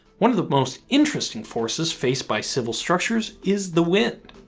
one of the most interesting forces faced by civil structures is the wind.